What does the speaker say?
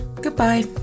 Goodbye